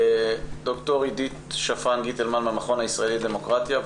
ד"ר עידית שפרן גיטלמן מהמכון הישראלי לדמוקרטיה.